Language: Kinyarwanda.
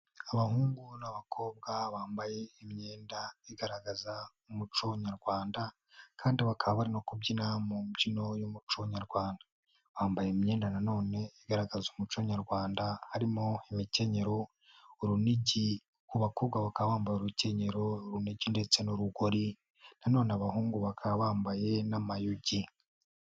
Abahungu n'abakobwa bambaye imyenda igaragaza umuco nyarwanda, kandi bakaba barimo kubyina mu mbyino y'umuco nyarwanda, bambaye imyenda na none igaragaza umuco nyarwanda, harimo imikenyero, urunigi abakobwa bakaba bambaye urukenyero, urunigi ndetse n'urugori nanone abahungu bakaba bambaye n'amayogi.